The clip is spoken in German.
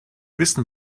wissen